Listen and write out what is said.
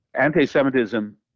anti-Semitism